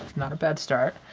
not a bad start.